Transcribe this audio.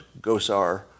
Gosar